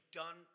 done